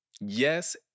Yes